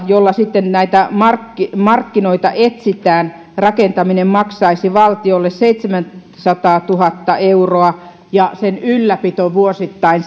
jolla sitten näitä markkinoita markkinoita etsitään rakentaminen maksaisi valtiolle seitsemänsataatuhatta euroa ja sen ylläpito vuosittain